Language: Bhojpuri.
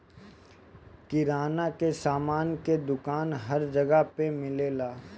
किराना के सामान के दुकान हर जगह पे मिलेला